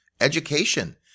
education